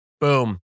boom